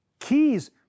Keys